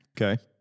Okay